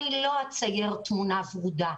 אני לא אצייר תמונה ורודה.